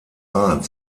art